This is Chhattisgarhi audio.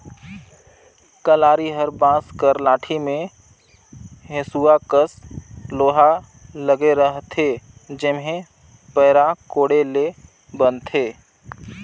कलारी हर बांस कर लाठी मे हेसुवा कस लोहा लगे रहथे जेम्हे पैरा कोड़े ले बनथे